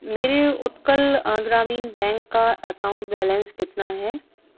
میرے اتکل گرامین بینک کا account balance کتنا ہے